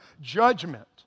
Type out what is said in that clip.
judgment